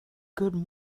good